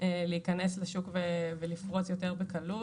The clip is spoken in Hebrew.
להיכנס לשוק ולפרוס יותר בקלות.